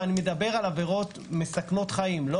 אני מדבר על עבירות מסכנות חיים כמו אור אדום,